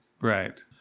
Right